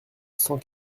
cent